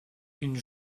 une